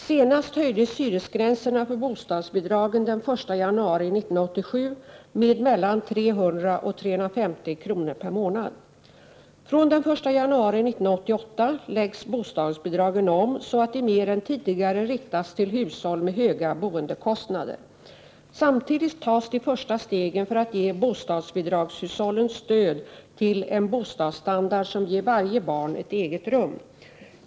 Senast höjdes hyresgränserna för bostadsbidragen den 1 januari 1987, med mellan 300 och 350 kr. per månad. Från den 1 januari 1988 läggs bostadsbidragen om, så att de mer än tidigare riktas till hushåll med höga boendekostnader. Samtidigt tas de första stegen för att ge bostadsbidragshushållen stöd till en bostadsstandard som ger varje barn ett eget rum.